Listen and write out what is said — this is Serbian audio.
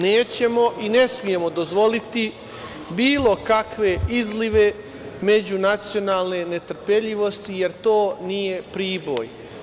Nećemo i ne smemo dozvoliti bilo kakve izlive međunacionalne netrpeljivosti, jer to nije Priboj.